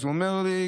ואז הוא אמר לי.